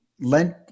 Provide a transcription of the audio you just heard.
Lent